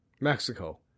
Mexico